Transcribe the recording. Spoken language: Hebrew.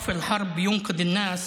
(אומר בערבית: הפסקת המלחמה מצילה אנשים,